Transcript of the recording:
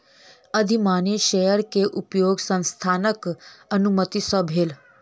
अधिमानी शेयर के उपयोग संस्थानक अनुमति सॅ भेल